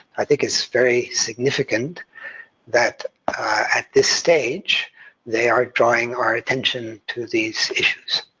i think it's very significant that at this stage they are drawing our attention to these issues.